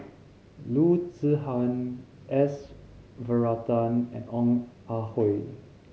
Loo Zihan S Varathan and Ong Ah Hoi